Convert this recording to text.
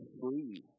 free